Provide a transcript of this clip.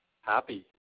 Happy